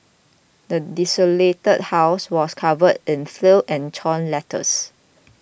the desolated house was covered in filth and torn letters